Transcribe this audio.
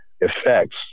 effects